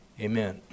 amen